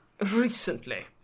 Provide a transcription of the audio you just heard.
recently